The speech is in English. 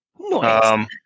Nice